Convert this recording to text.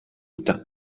utah